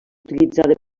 utilitzada